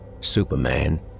Superman